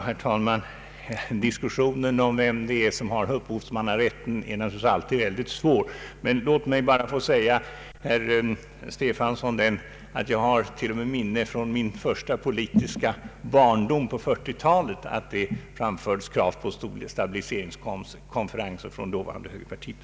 Herr talman! Diskussionen om vem som har upphovsmannarätten är naturligtvis alltid svår att bedöma, men låt mig få säga herr Stefanson att jag minns till och med från min första politiska barndom på 1940-talet, att det då framfördes krav på stabiliseringskonferenser från dåvarande högerpartiet.